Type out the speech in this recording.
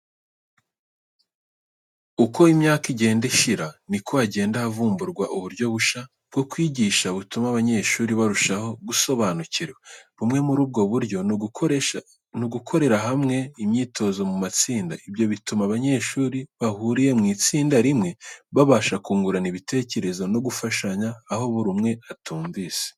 Uko imyaka igenda ishira niko hagenda havumburwa uburyo bushya bwo kwigisha butuma abanyeshuri barushaho gusobanukirwa. Bumwe muri ubwo buryo ni ugukorera hamwe imyitozo mu matsinda. Ibyo bituma abanyeshuri bahuriye mu itsinda rimwe babasha kungurana ibitekerezo no gufashanya aho buri umwe atumvise.